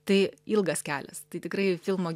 tai ilgas kelias tai tikrai filmo